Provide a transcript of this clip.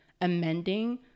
amending